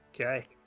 okay